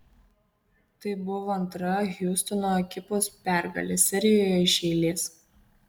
tai buvo antra hjustono ekipos pergalė serijoje iš eilės